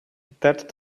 that